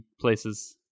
places